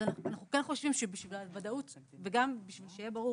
אז אנחנו כן חושבים שבשביל הוודאות וגם בשביל שיהיה ברור